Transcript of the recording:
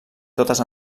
totes